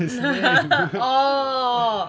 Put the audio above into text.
oh